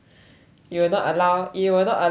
you will not allow you will not allow them to